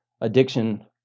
addiction